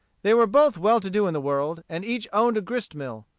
they were both well to do in the world, and each owned a grist mill.